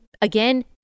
again